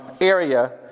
area